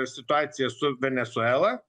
situaciją su venesuela